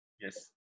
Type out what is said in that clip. Yes